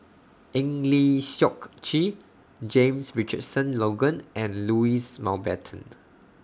Eng Lee Seok Chee James Richardson Logan and Louis Mountbatten